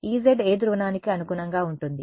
Ez ఏ ధ్రువణానికి అనుగుణంగా ఉంటుంది